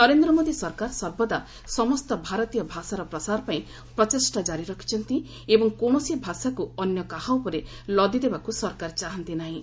ନରେନ୍ଦ୍ ମୋଦି ସରକାର ସର୍ବଦା ସମସ୍ତ ଭାରତୀୟ ଭାଷାର ପ୍ରସାର ପାଇଁ ପ୍ରଚେଷ୍ଟା ଜାରି ରଖିଛନ୍ତି ଏବଂ କୌଣସି ଭାଷାକୁ ଅନ୍ୟ କାହା ଉପରେ ଲଦି ଦେବାକୁ ସରକାର ଚାହାନ୍ତିନାହିଁ